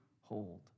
hold